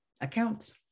accounts